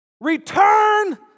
Return